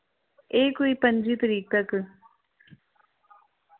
ए कोई पं'जी तरीक तक